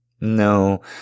No